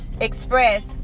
express